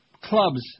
Clubs